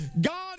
God